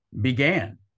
began